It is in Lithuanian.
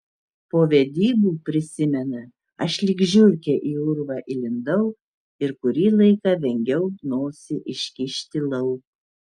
po vedybų prisimena aš lyg žiurkė į urvą įlindau ir kurį laiką vengiau nosį iškišti lauk